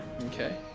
Okay